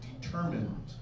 determined